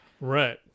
Right